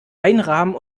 einrahmen